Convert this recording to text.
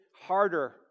harder